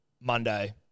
Monday